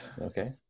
Okay